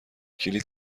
کلید